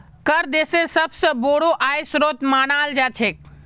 कर देशेर सबस बोरो आय स्रोत मानाल जा छेक